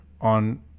on